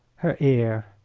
her ear!